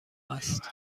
است